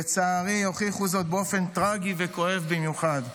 לצערי, הוכיחו זאת באופן טרגי וכואב במיוחד.